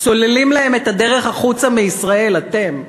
סוללים להם את הדרך החוצה מישראל, אתם.